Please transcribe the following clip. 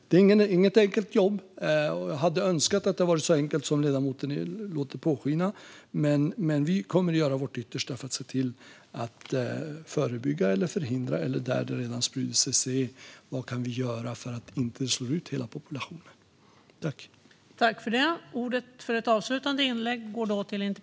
Det är inget enkelt jobb. Jag hade önskat att det var så enkelt som ledamoten låter påskina. Men vi kommer att göra vårt yttersta för att förebygga och förhindra eller, där det redan har spridit sig, se vad vi kan göra för att inte hela populationen ska slås ut.